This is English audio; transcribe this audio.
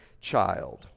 child